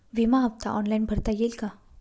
विमा हफ्ता ऑनलाईन भरता येईल का?